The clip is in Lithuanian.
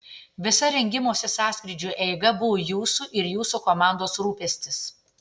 visa rengimosi sąskrydžiui eiga buvo jūsų ir jūsų komandos rūpestis